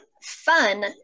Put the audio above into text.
fun